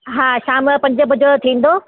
हा शाम जो पंज वजे थींदो